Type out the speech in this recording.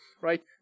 right